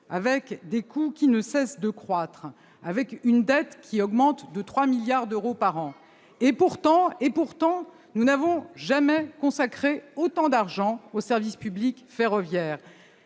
avec des coûts qui ne cessent de croître, avec une dette qui augmente de 3 milliards d'euros par an. Pourtant, nous n'avons jamais consacré autant d'argent au service public ferroviaire,